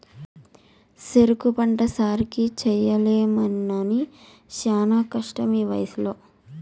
సెరుకు పంట సాకిరీ చెయ్యలేనమ్మన్నీ శానా కష్టమీవయసులో